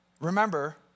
Remember